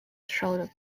shoulder